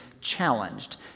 challenged